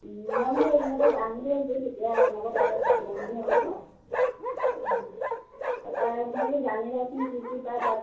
মই মানে এইকেদিনতে যাম বুলি ভাবিছোঁ তেতিয়া আপোনালোকৰ তাতে থাকিম বুলি ভাবিছোঁ তাৰ পা মই বাৰু জানি লওঁচোন কি কি পায় তাত